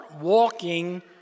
walking